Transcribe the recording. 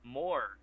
more